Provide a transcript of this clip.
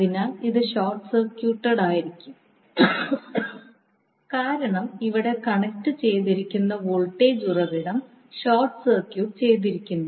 അതിനാൽ ഇത് short circuit ആയിരിക്കും കാരണം ഇവിടെ കണക്റ്റു ചെയ്തിരുന്ന വോൾട്ടേജ് ഉറവിടം ഷോർട്ട് സർക്യൂട്ട് ചെയ്തിരിക്കുന്നു